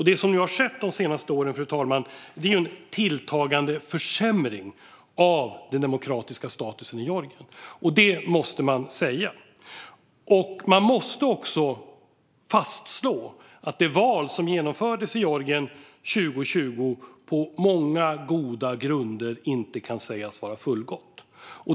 Det som har skett de senaste åren är en tilltagande försämring av den demokratiska statusen i Georgien. Det måste man säga. Man måste också fastslå att det val som genomfördes i Georgien 2020 på många goda grunder inte kan sägas ha varit fullgott.